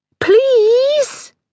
Please